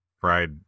Fried